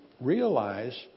realize